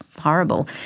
horrible